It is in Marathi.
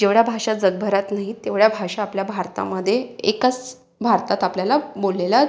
जेवढ्या भाषा जगभरात नाही तेवढ्या भाषा आपल्या भारतामध्ये एकास भारतात आपल्याला बोललेल्या